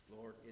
Lord